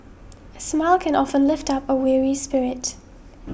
a smile can often lift up a weary spirit